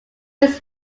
was